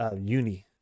uni